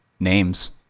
names